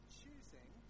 choosing